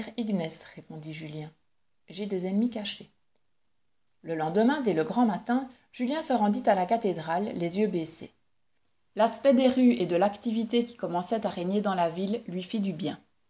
ignes répondit julien j'ai des ennemis cachés le lendemain dès le grand matin julien se rendit à la cathédrale les yeux baissés l'aspect des rues et de l'activité qui commençait à régner dans la ville lui fit du bien